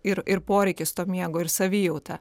ir ir poreikis to miego ir savijauta